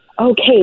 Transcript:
Okay